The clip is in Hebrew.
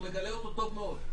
הוא מגלה אותו טוב מאוד,